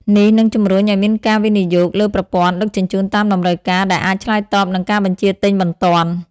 នេះនឹងជំរុញឱ្យមានការវិនិយោគលើប្រព័ន្ធដឹកជញ្ជូនតាមតម្រូវការ ដែលអាចឆ្លើយតបនឹងការបញ្ជាទិញបន្ទាន់។